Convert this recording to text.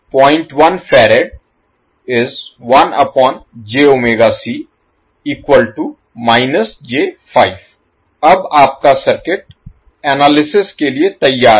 तो अब आपका सर्किट एनालिसिस विश्लेषण Analysis के लिए तैयार है